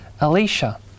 Alicia